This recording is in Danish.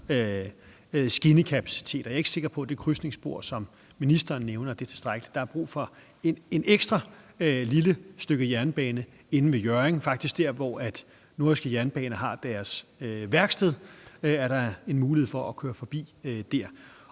skinnekapacitet, og jeg er ikke sikker på, at det krydsningsspor, som ministeren nævner, er tilstrækkeligt. Der er brug for et ekstra, lille stykke jernbane inde ved Hjørring, faktisk der, hvor Nordjyske Jernbaner har deres værksted. Her er der en mulighed for at køre forbi.